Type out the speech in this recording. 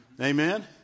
Amen